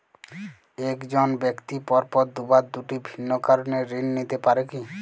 এক জন ব্যক্তি পরপর দুবার দুটি ভিন্ন কারণে ঋণ নিতে পারে কী?